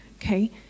okay